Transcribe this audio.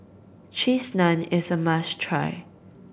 Cheese Naan is a try